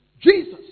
Jesus